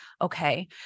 okay